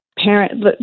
Parent